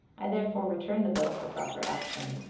i therefore return the bill for proper action.